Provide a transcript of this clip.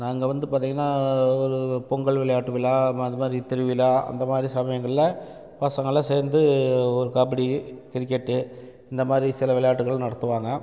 நாங்கள் வந்து பார்த்திங்கனா ஒரு பொங்கல் விளையாட்டு விழா அதை மாதிரி திருவிழா அந்த மாதிரி சமயங்களில் பசங்கள்லாம் சேர்ந்து ஒரு கபடி கிரிக்கெட்டு இந்த மாதிரி சில விளையாட்டுக்கள் நடத்துவாங்க